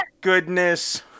goodness